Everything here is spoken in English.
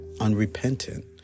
unrepentant